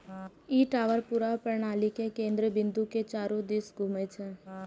ई tower पूरा प्रणालीक केंद्र बिंदु के चारू दिस घूमै छै